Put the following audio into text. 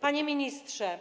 Panie ministrze,